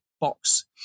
box